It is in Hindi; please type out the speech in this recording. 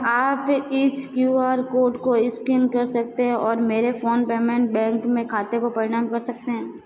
आप इस क्यू आर कोड को स्कैन कर सकते हैं और मेरे फ़ोन पेमेंट बैंक में खाते को प्रमाण कर सकते हैं